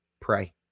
pray